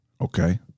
okay